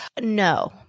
No